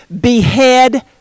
behead